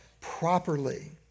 properly